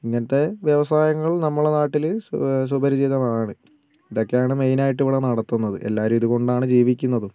ഇങ്ങനത്തെ വ്യവസായങ്ങൾ നമ്മളെ നാട്ടിൽ സുപരിചിതമാണ് ഇതൊക്കെയാണ് മെയിൻ ആയിട്ട് ഇവിടെ നടത്തുന്നത് എല്ലാവരും ഇതുകൊണ്ടാണ് ജീവിക്കുന്നതും